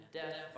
death